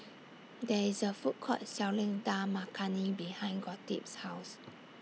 There IS A Food Court Selling Dal Makhani behind Gottlieb's House